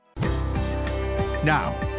Now